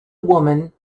woman